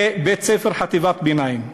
ובית-ספר חטיבת ביניים.